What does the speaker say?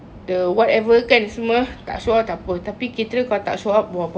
the whatever kan semua tak show up tak apa tapi caterer kalau tak show up !wah!